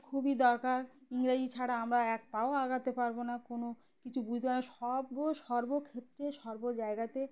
খুবই দরকার ইংরোজি ছাড়া আমরা এক পাও এগোতে পারব না কোনো কিছু বুঝতে পারব না সর্ব সর্বক্ষেত্রে সর্ব জায়গাতে